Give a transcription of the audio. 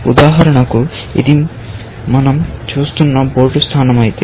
ఉదాహరణకు ఇది మనం చూస్తున్న బోర్డు స్థానం అయితే